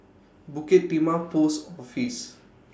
Bukit Timah Post Office